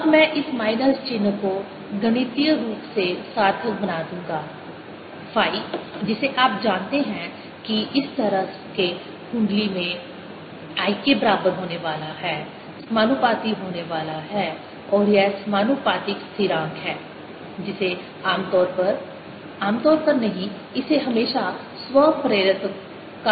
अब मैं इस माइनस चिह्न को गणितीय रूप से सार्थक बना दूंगा फाई जिसे आप जानते हैं कि इस तरह के कुंडली में I के बराबर होने वाला है समानुपाती होने वाला है और यह समानुपातिक स्थिरांक है जिसे आमतौर पर आमतौर पर नहीं इसे हमेशा स्व प्रेरकत्व कहा जाता है